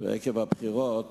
ועקב הבחירות